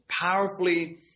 powerfully